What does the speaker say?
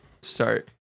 start